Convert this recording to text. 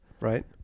Right